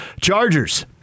Chargers